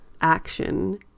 action